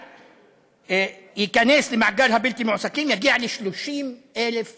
שייכנסו למעגל הבלתי-מועסקים יגיע ל-30,000 איש.